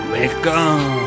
Welcome